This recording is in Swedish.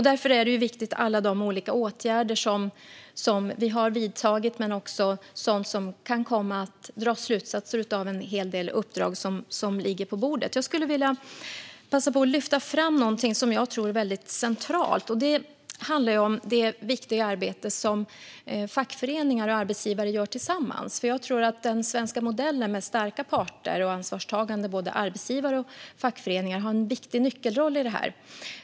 Därför är det viktigt med alla de åtgärder som vi har vidtagit men också de slutsatser som kan komma att dras av en hel del uppdrag som ligger på bordet. Jag skulle vilja passa på att lyfta fram något som jag tror är centralt. Det handlar om det viktiga arbete som fackföreningar och arbetsgivare gör tillsammans. Jag tror att den svenska modellen med starka parter och ansvarstagande arbetsgivare och fackföreningar har en nyckelroll i detta.